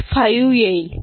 5 मिळेल